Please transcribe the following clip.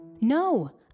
No